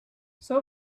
show